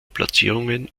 platzierungen